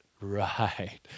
Right